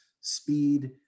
speed